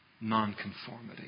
non-conformity